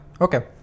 Okay